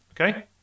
Okay